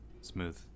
smooth